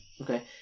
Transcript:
Okay